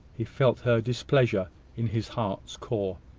he felt her displeasure in his heart's core.